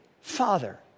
Father